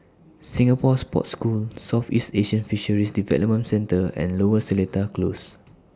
Singapore Sports School Southeast Asian Fisheries Development Centre and Lower Seletar Close